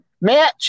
Mitch